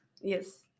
Yes